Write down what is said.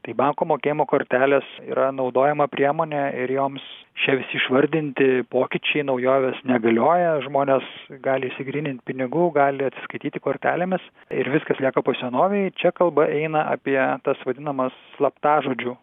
tai banko mokėjimo kortelės yra naudojama priemonė ir joms šie visi išvardinti pokyčiai naujovės negalioja žmonės gali išsigrynint pinigų gali atsiskaityti kortelėmis ir viskas lieka po senovei čia kalba eina apie tas vadinamas slaptažodžių